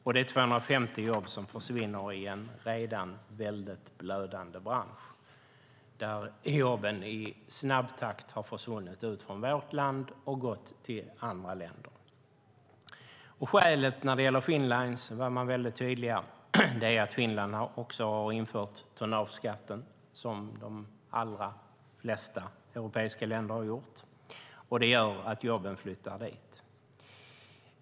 Det är 250 jobb som försvinner i en redan blödande bransch där jobben i snabb takt har försvunnit ut från vårt land och gått till andra länder. Skälet till detta när det gäller Finnlines var att Finland, liksom de allra flesta europeiska länder, har infört en tonnageskatt. Detta var man tydlig med. Det gör att jobben flyttar dit.